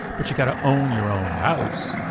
but you got to own your own house.